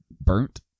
burnt